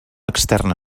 externa